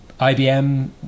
IBM